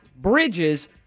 bridges